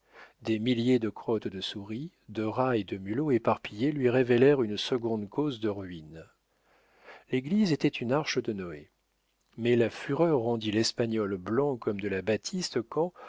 des milliers de crottes de souris de rats et de mulots éparpillées lui révélèrent une seconde cause de ruine l'église était une arche de noé mais la fureur rendit l'espagnol blanc comme de la batiste quand